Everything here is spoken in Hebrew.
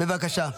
בבקשה.